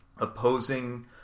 opposing